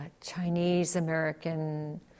Chinese-American